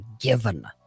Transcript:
given